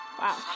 Wow